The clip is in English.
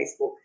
Facebook